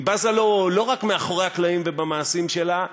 היא בזה לו לא רק מאחורי הקלעים ובמעשים שלה,